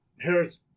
Harris